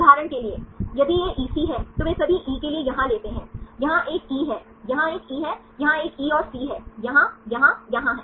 उदाहरण के लिए यदि यह EC है तो वे सभी E के यहाँ लेते हैं यहाँ एक E है यहाँ एक E है यहाँ एक E और C है C यहाँ यहाँ यहाँ है